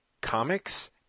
comics